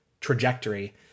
trajectory